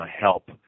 help